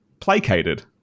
Placated